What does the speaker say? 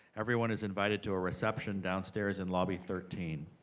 everyone is invited to a reception downstairs in lobby thirteen.